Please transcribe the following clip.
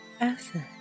asset